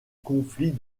conflit